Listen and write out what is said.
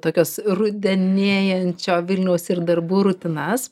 tokias rudenėjančio vilniaus ir darbų rutinas